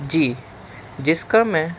جی جس کا میں